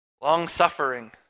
Long-suffering